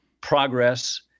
progress